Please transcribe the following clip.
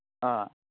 ꯑꯥ